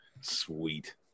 sweet